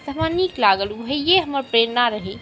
तऽ हमरा नीक लागल ओ भइए हमर प्रेरणा रहै